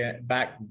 back